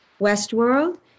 Westworld